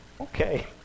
okay